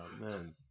man